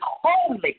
holy